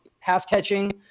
pass-catching